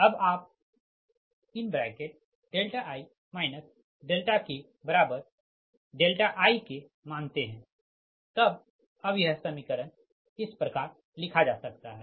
अबआप i kik मानते हैं तब अब यह समीकरण इस प्रकार लिखा जा सकता हैं